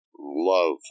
love